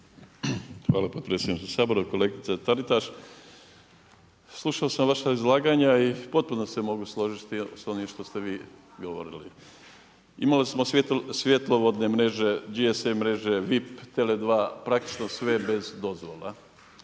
Hvala potpredsjedniče Sabora. Kolegice Taritaš, slušao sam vaša izlaganja i potpuno se mogu složiti s onim što ste vi govorili. Imali smo svjetlovodne mreže …/Govornik se ne razumije./… mreže, VIP, Tele 2 praktično sve bez dozvola.